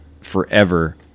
forever